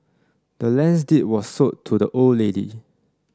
the land's deed was sold to the old lady